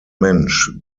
mensch